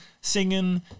singing